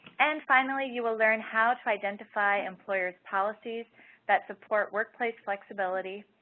and finally, you'll learn how to identify employers policies that support workplace flexibility,